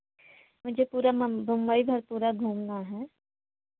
मुझे पूरा मु बंबई भर पूरा घूमना है